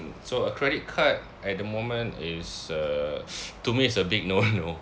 so a credit card at the moment is uh to me it's a big no no